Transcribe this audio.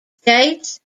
states